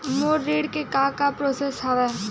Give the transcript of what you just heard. मोर ऋण के का का प्रोसेस हवय?